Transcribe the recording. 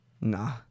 Nah